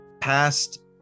past